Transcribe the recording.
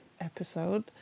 episode